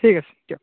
ঠিক আছে দিয়ক